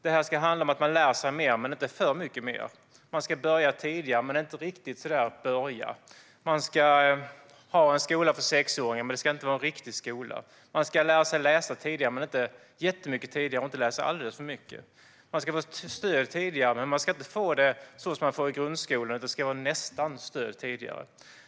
Det här ska handla om att eleverna lär sig mer, men inte för mycket mer. De ska börja skolan tidigare, men inte riktigt börja. Man ska ha en skola för sexåringar, men det ska inte vara en riktig skola. Eleverna ska lära sig att läsa tidigare, men inte jättemycket tidigare, och de ska inte läsa alldeles för mycket. De ska få stöd tidigare, men de ska inte få det så som man får det i grundskolan, utan det ska vara nästan stöd tidigare.